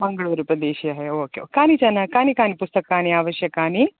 मङ्गलूरुप्रदेशीयः एव okay okay कानिचन कानि कानि पुस्तकानि आवश्यकानि